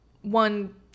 one